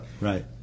Right